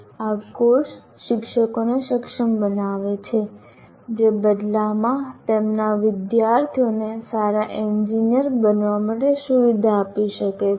આ કોર્સશિક્ષકોને સક્ષમ બનાવે છે જે બદલામાં તેમના વિદ્યાર્થીઓને સારા એન્જિનિયર બનવા માટે સુવિધા આપી શકે છે